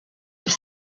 have